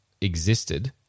existed